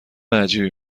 عجیبی